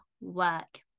work